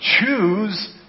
choose